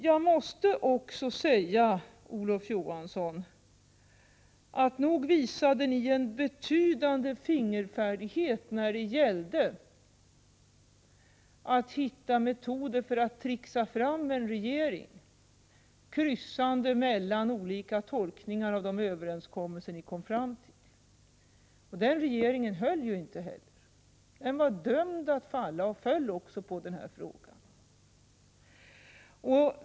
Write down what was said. Jag måste också säga, Olof Johansson, att nog visade ni en betydande fingerfärdighet när det gällde att hitta metoder för att tricksa fram en regering, kryssande mellan olika tolkningar av da överenskommelser ni gjorde. Och den regeringen höll inte — den var dömd att falla, och föll också på den här frågan.